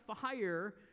fire